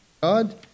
God